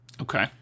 Okay